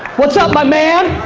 what's up my man?